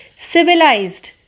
civilized